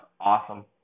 awesome